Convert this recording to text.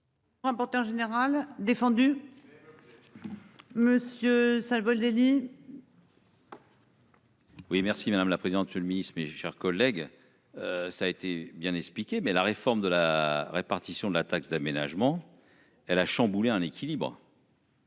merci.-- Rapporteur général défendu. Monsieur ça vole. Oui merci madame la présidente ce le Ministre, mes chers collègues. Ça a été bien expliqué mais la réforme de la répartition de la taxe d'aménagement. L à chambouler un équilibre.